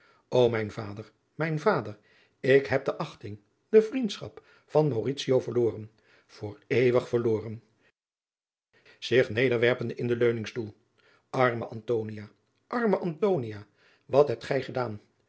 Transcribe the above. o mijn vader mijn vader ik heb de achting de vriendschap van mauritio verloren voor eeuwig verloren zich nederwerpende in den leuningstoel arme antonia arme antonia wat hebt gij gedaan